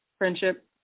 Friendship